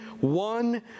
one